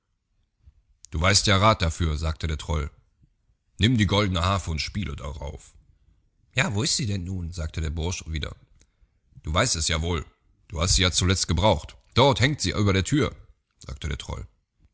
du weißt ja rath dafür sagte der troll nimm die goldne harfe und spiele darauf ja wo ist die nun sagte der bursch wieder du weißt es ja wohl du hast sie ja zuletzt gebraucht dort hangt sie ja über der thür sagte der troll